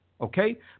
okay